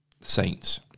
saints